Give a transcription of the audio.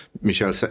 Michelle